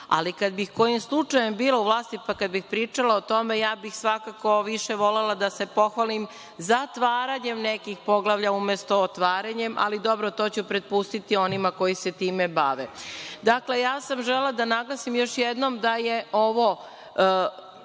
ali kad bih kojim slučajem bila u vlasti i kad bi pričala o tome, svakako bih više volela da se pohvalim zatvaranjem nekih poglavlja umesto otvaranjem, ali, dobro, to ću prepustiti onima koji se time bave. Dakle, želela sam da naglasim još jednom da je ovo